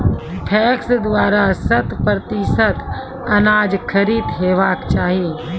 PACS द्वारा शत प्रतिसत अनाज खरीद हेवाक चाही?